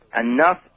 enough